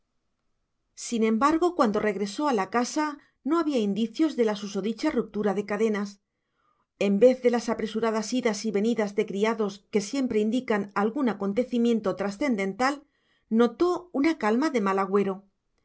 sin embargo cuando regresó a la casa no había indicios de la susodicha ruptura de cadenas en vez de las apresuradas idas y venidas de criados que siempre indican algún acontecimiento trascendental notó una calma de mal agüero